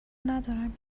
ندارم